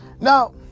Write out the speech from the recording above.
Now